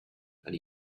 and